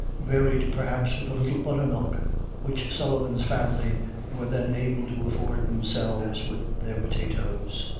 varied, perhaps, with a little buttermilk which sullivan's family were then able to afford themselves with their potatoes.